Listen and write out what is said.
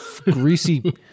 greasy